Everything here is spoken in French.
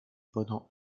pendant